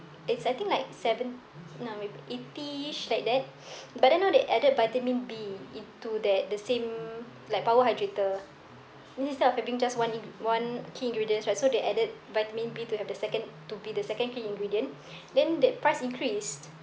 it's I think like seven nah maybe eighty-ish like that but then now they added vitamin B into that the same like power hydrator meaning instead of having one ig~ one key ingredients right so they added vitamin B to have the second to be the second key ingredient then that price increased